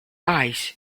eyes